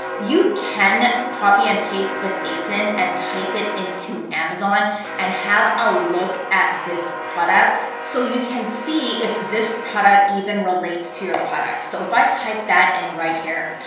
you can copy and paste this asin and type it into amazon and have a look at this product so you can see if this product even relates to your product. so if i type that in and right here,